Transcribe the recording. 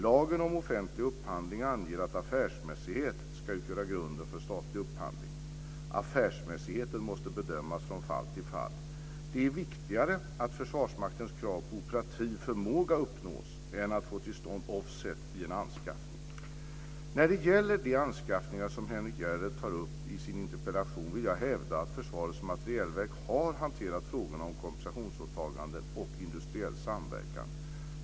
Lagen om offentlig upphandling anger att affärsmässighet ska utgöra grunden för statlig upphandling. Affärsmässigheten måste bedömas från fall till fall. Det är viktigare att Försvarsmaktens krav på operativ förmåga uppnås än att få till stånd offset i en anskaffning. När det gäller de anskaffningar som Henrik S Järrel tar upp i sin interpellation vill jag hävda att Försvarets materielverk har hanterat frågorna om kompensationsåtaganden och industriell samverkan.